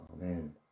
Amen